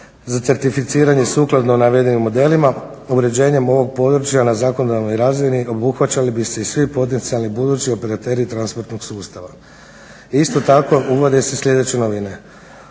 za certificiranje sukladno navedenim modelima uređenjem ovog područja na zakonodavnoj razini obuhvaćali bi se i svi potencijalni budući operateri transparentnog sustava. Isto tako uvode se sljedeće novine,